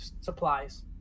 supplies